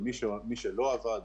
את מי שלא עבד,